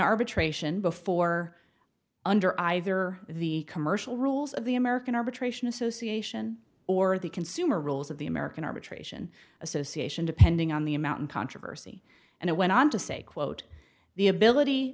arbitration before under either the commercial rules of the american arbitration association or the consumer rules of the american arbitration association depending on the amount in controversy and it went on to say quote the ability